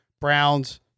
Browns